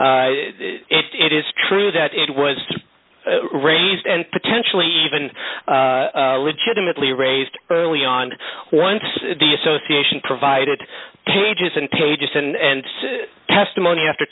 it is true that it was raised and potentially even legitimately raised early on once the association provided cages and pages and testimony after